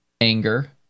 anger